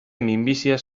minbiziaz